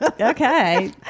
Okay